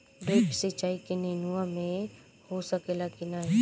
Drip सिंचाई नेनुआ में हो सकेला की नाही?